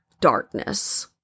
darkness